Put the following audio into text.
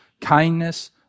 kindness